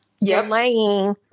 delaying